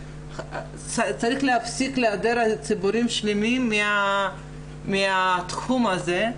צריך להפסיק להדיר ציבורים שלמים מהתחום הזה,